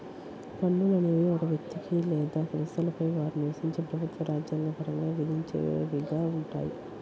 పన్నులు అనేవి ఒక వ్యక్తికి లేదా సంస్థలపై వారు నివసించే ప్రభుత్వం రాజ్యాంగ పరంగా విధించేవిగా ఉంటాయి